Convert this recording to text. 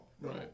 right